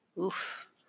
Oof